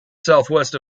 southwest